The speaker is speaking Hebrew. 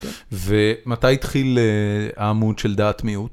ומתי התחיל העמוד של דעת מיעוט?